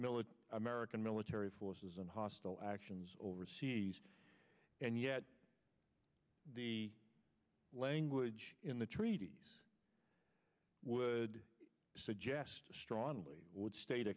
military american military forces in hostile actions overseas and yet the language in the treaties would suggest strongly would state